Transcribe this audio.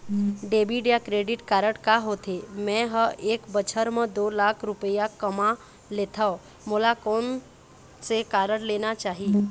Debit या credit card का होथे, मे ह एक बछर म दो लाख रुपया कमा लेथव मोला कोन से कारड लेना चाही?